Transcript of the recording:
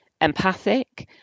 empathic